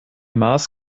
maß